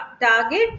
target